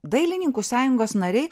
dailininkų sąjungos nariai